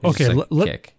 okay